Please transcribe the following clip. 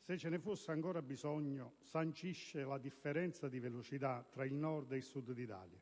se ce ne fosse ancora bisogno, sancisce la differenza di velocità tra il Nord e il Sud dell'Italia.